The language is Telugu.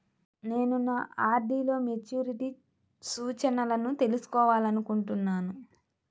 నేను నా ఆర్.డీ లో మెచ్యూరిటీ సూచనలను తెలుసుకోవాలనుకుంటున్నాను